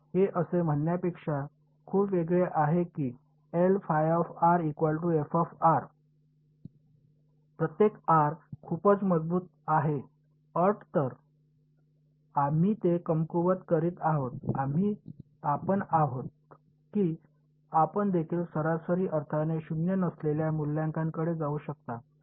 हे असे म्हणण्यापेक्षा खूप वेगळे आहे की प्रत्येक आर खूपच मजबूत आहे अट तर आम्ही ते कमकुवत करीत आहोत आम्ही म्हणत आहोत की आपण देखील सरासरी अर्थाने शून्य नसलेल्या मूल्यांकडे जाऊ शकता